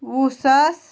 وُہ ساس